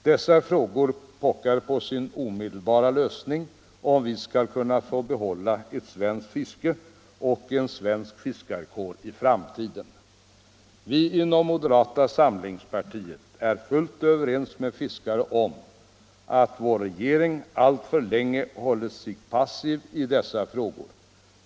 Det är frågor som pockar på sin omedelbara lösning, om vi i framtiden skall kunna behålla ett svenskt fiske och en svensk fiskarkår. Vi inom moderata samlingspartiet är helt överens med fiskarna om att vår regering alltför länge har hållit sig passiv i dessa frågor.